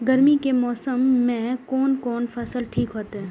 गर्मी के मौसम में कोन कोन फसल ठीक होते?